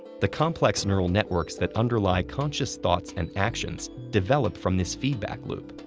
the complex neural networks that underlie conscious thoughts and actions develop from this feedback loop.